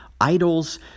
idols